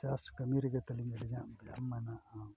ᱪᱟᱥ ᱠᱟᱹᱢᱤ ᱨᱮᱜᱮ ᱛᱟᱞᱤᱧ ᱟᱹᱞᱤᱧᱟᱜ ᱵᱮᱭᱟᱢ ᱢᱮᱱᱟᱜᱼᱟ